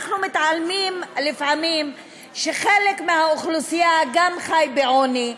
אנחנו מתעלמים לפעמים מזה שחלק מהאוכלוסייה גם חי בעוני,